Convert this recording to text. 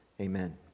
Amen